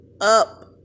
up